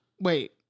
wait